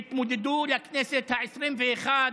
ושאר הרשימות שהתמודדו לכנסת העשרים-ואחת,